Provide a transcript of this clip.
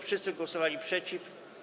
Wszyscy głosowali przeciw.